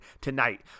tonight